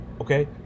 Okay